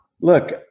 look